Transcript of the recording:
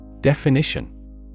Definition